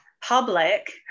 public